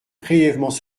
prélèvements